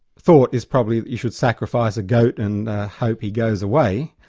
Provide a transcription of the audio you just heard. thought is probably that you should sacrifice a goat and hope he goes away,